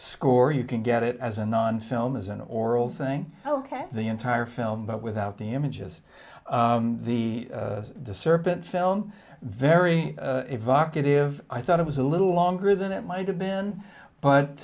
score you can get it as a non film is an oral thing ok the entire film but without the images the serpent film very evocative i thought it was a little longer than it might have been but